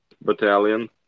battalion